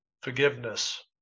forgiveness